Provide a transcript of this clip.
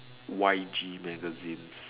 Y_G magazines